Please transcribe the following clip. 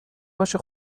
باشه